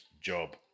job